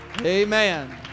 amen